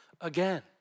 Again